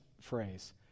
phrase